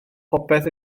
popeth